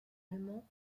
allemand